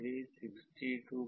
63 62